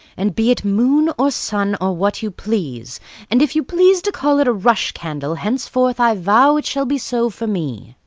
and be it moon, or sun, or what you please and if you please to call it a rush-candle, henceforth i vow it shall be so for me.